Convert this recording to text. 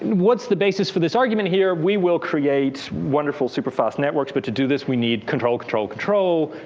what's the basis for this argument here. we will create wonderful, super fast networks. but to do this, we need control, control, control.